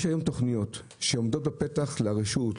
יש היום תוכניות שעומדות בפתח לרשות,